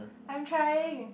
I'm trying